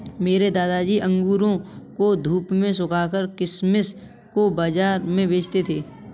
मेरे दादाजी अंगूरों को धूप में सुखाकर किशमिश को बाज़ार में बेचते थे